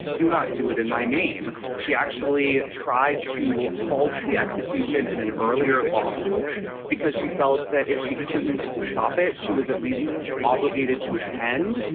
do not do it in my name. she actually tried to halt the execution and an earlier lawsuits because she felt that if she couldn't stop it, she was at least obligated to attend.